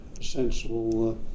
sensible